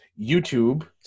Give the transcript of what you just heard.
YouTube